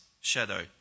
shadow